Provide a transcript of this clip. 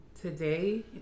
today